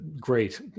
great